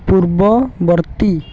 ପୂର୍ବବର୍ତ୍ତୀ